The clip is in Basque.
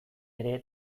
ere